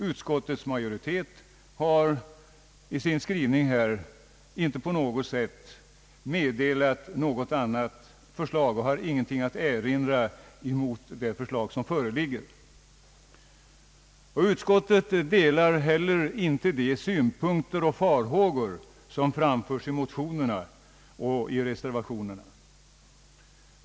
Utskottets majoritet har inte heller på denna punkt något att erinra mot det förslag som föreligger i propositionen. Utskottet delar inte de synpunkter och farhågor som framfördes i motionerna och i reservationerna.